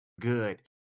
good